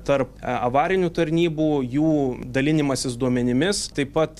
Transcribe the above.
tarp e avarinių tarnybų jų dalinimasis duomenimis taip pat